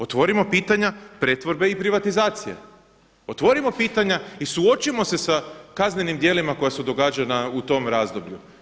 Otvorimo pitanja pretvorbe i privatizacije, otvorimo pitanja, i suočimo se sa kaznenim djelima koja su događana u tom razdoblju.